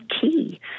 key